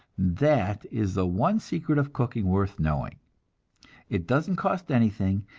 that is the one secret of cooking worth knowing it doesn't cost anything,